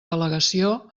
delegació